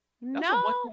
No